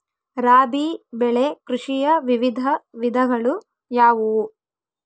ರಾಬಿ ಬೆಳೆ ಕೃಷಿಯ ವಿವಿಧ ವಿಧಗಳು ಯಾವುವು?